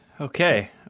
Okay